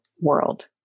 world